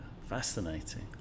Fascinating